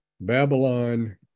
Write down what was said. babylon